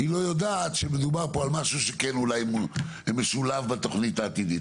לא יודעת שמדובר במשהו שמשולב בתוכנית העתידית.